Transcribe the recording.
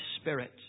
spirit